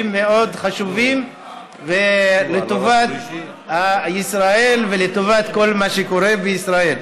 מאוד חשובים לטובת ישראל ולטובת כל מה שקורה בישראל.